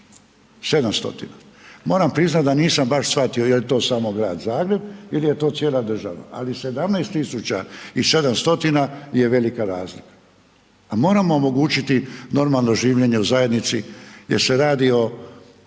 700. Moram priznati da nisam baš shvatio jel to samo Grad Zagreb ili je to cijela država, ali ali 17 000 i 700 je velika razlika a moramo omogućiti normalno življenje u zajednici jer se radi